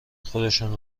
خودشون